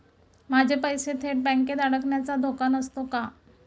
माझे पैसे थेट बँकेत अडकण्याचा धोका नसतो का?